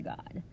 God